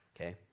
okay